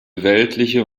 weltliche